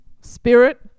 spirit